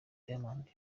diamond